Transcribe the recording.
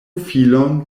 filon